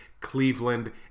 Cleveland